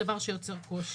דבר שיוצר קושי.